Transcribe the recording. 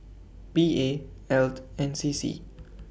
P A Eld and C C